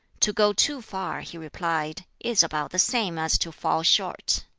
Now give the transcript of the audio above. to go too far, he replied, is about the same as to fall short.